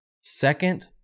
second